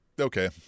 okay